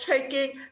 taking